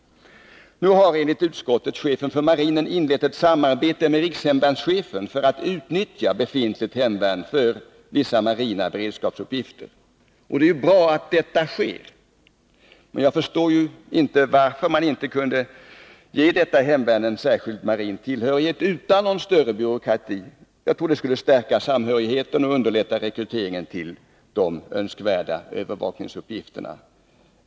Nu har enligt utskottet chefen för marinen inlett ett samarbete med rikshemvärnschefen för att utnyttja befintligt hemvärn för vissa marina beredskapsuppgifter. Det är bra att detta sker, men jag kan inte förstå varför man inte skulle kunna ge detta hemvärn en särskild marin tillhörighet — utan någon större byråkrati. Jag tror att det skulle stärka samhörigheten och underlätta rekryteringen till de önskvärda övervakningsuppgifterna.